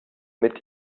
mit